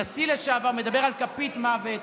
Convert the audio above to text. נשיא לשעבר מדבר על כפית מוות,